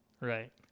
Right